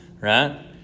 right